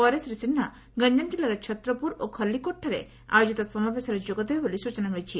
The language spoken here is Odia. ପରେ ଶ୍ରୀ ସିହ୍ବା ଗଞ୍ଞାମ ଜିଲ୍ଲାର ଛତ୍ରପୁର ଓ ଖଲ୍ଲିକୋଟଠାରେ ଆୟୋଜିତ ସମାବେଶରେ ଯୋଗଦେବେ ବୋଲି ସ୍ଚନା ମିଳିଛି